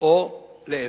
או להיפך?